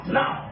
now